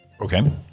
okay